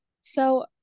So-